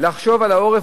לחשוב על העורף,